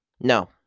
No